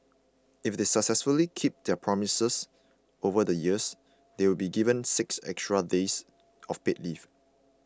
if they successfully keep their promises over the years they'll be given six extra days of paid leave